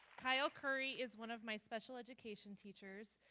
kyle curry is one of my special education teachers.